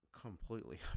completely